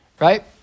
right